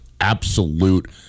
absolute